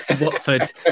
Watford